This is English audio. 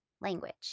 language